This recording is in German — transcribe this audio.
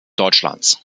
deutschlands